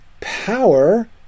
Power